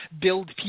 build